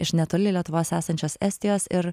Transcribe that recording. iš netoli lietuvos esančios estijos ir